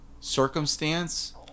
circumstance